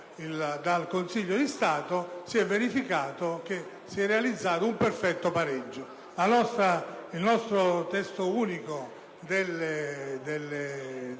dal Consiglio di Stato, si è verificato che si è realizzato un perfetto pareggio. Il nostro Testo unico sulle